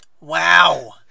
Wow